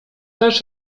też